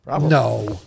No